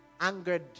angered